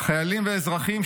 חיילים ואזרחים,